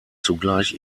zugleich